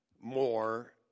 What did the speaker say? more